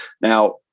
Now